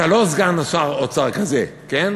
אתה לא סגן שר אוצר כזה, כן?